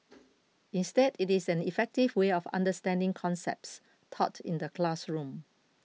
instead it is an effective way of understanding concepts taught in the classroom